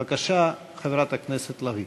בבקשה, חברת הכנסת לביא.